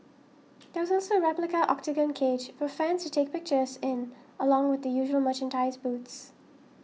there was also a replica Octagon cage for fans to take pictures in along with the usual merchandise booths